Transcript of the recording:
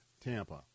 Tampa